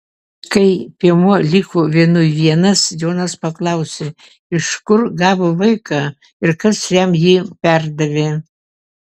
kai piemuo liko vienui vienas jonas paklausė iš kur gavo vaiką ir kas jam jį perdavė